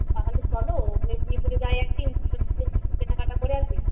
তাহলে চলো মেদিনিপুরে যাই একদিন দুজন মিলে কিছু কেনাকাটা করে আসি